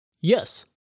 Yes